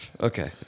Okay